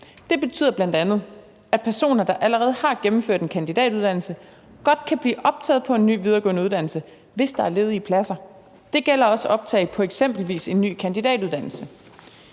Det betyder bl.a., at personer, der allerede har gennemført en kandidatuddannelse, godt kan blive optaget på en ny videregående uddannelse, hvis der er ledige pladser. Det gælder også optag på f.eks. en ny kandidatuddannelse.